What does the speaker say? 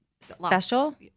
special